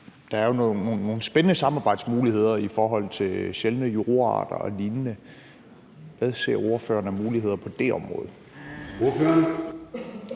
Der er jo nogle spændende samarbejdsmuligheder i forhold til sjældne jordarter og lignende. Kl. 23:17 Formanden (Søren Gade): Ordføreren.